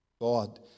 God